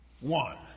one